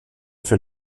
fait